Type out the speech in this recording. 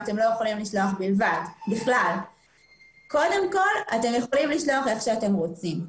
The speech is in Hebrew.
אתם לא יכולים לשלוח בכלל אלא קודם כל אתם יכולים לשלוח איך שאתם רוצים,